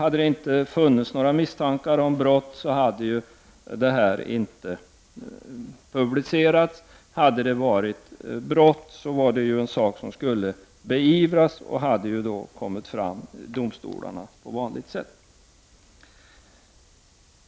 Hade det inte funnits några misstankar om brott, så hade ju detta inte publicerats. Hade det förekommit brott, så skulle det ju beivras, och saken hade då kommit till domstol på vanligt sätt.